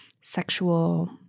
sexual